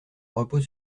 repose